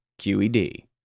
QED